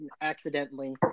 accidentally